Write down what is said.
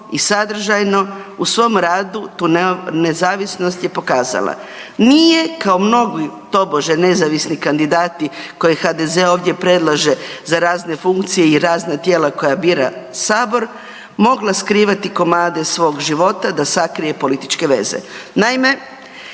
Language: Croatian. i sadržajno u svom radu tu nezavisnost je pokazala. Nije kao mnogi tobože nezavisni kandidati koje HDZ ovdje predlaže za razne funkcije i razna tijela koja bira sabor, mogla skrivati komade svog života da sakrije političke veze.